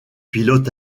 pilotes